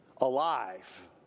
alive